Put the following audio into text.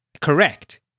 Correct